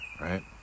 right